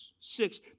Six